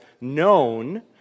known